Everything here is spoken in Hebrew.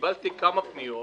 קיבלתי כמה פניות